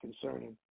concerning